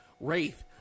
Wraith